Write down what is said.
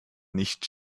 nicht